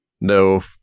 no